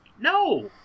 no